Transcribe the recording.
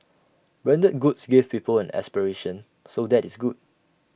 branded goods give people an aspiration so that is good